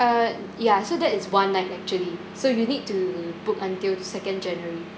uh ya so that is one night actually so you need to book until to second january